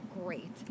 great